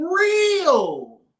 real